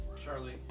Charlie